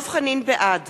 בעד